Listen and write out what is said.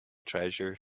treasure